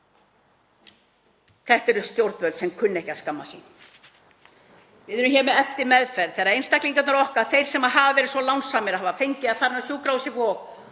Þetta eru stjórnvöld sem kunna ekki að skammast sín. Við erum hér með eftirmeðferð þegar einstaklingarnir okkar — þeir sem hafa verið svo lánsamir að hafa fengið að fara inn á Sjúkrahúsið Vog og